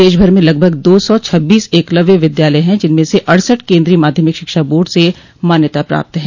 देश भर में लगभग दो सौ छब्बीस एकलव्य विद्यालय हैं जिनमें से अड़सठ केन्द्रीय माध्यमिक शिक्षा बोर्ड से मान्यता प्राप्त हैं